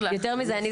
אשראי,